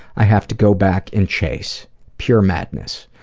i have to go back and chase. pure madness.